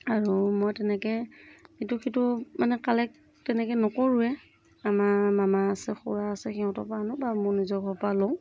আৰু মই তেনেকৈ ইটো সিটো মানে কালেক্ট তেনেকৈ নকৰোঁৱে আমাৰ মামা আছে খুৰা আছে সিহঁতৰ পৰা আনো বা মোৰ নিজৰ ঘৰৰ পৰাও লওঁ